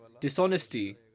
dishonesty